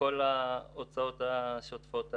וכל ההוצאות השוטפות האלה.